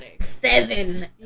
seven